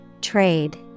Trade